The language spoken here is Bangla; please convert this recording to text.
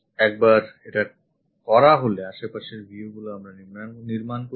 একবার এটা করা হলে আশেপাশের viewগুলি আমরা নির্মাণ করব